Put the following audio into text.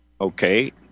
Okay